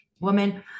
woman